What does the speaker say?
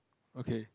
okay